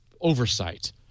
oversight